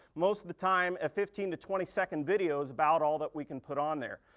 most of the time, a fifteen to twenty second video is about all that we can put on there.